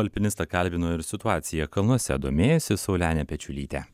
alpinistą kalbino ir situacija kalnuose domėjosi saulenė pečiulytė